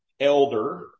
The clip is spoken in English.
Elder